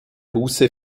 buße